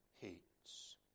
hates